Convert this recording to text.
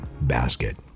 basket